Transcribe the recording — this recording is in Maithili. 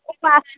उपवास